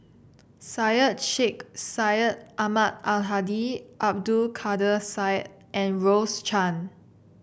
Syed Sheikh Syed Ahmad Al Hadi Abdul Kadir Syed and Rose Chan